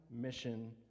mission